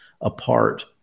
apart